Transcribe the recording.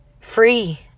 free